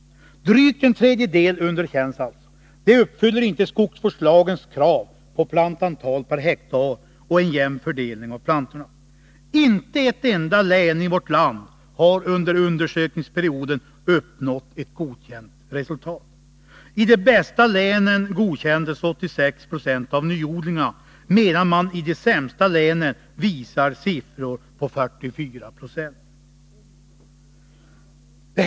Drygt en tredjedel underkänns alltså. De uppfyller inte skogsvårdslagens krav på plantantal per hektar och en jämn fördelning av plantorna. Inte ett enda län i vårt land har under undersökningsperioden uppnått ett godkänt resultat. I de bästa länen godkändes 86 7 av nyodlingarna, medan man i de sämsta länen visar siffror på 44 96.